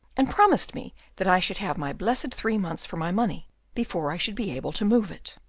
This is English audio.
and promised me that i should have my blessed three months for my money before i should be able to move it.